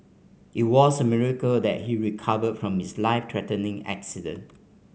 it was a miracle that he recovered from his life threatening accident